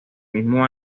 mismo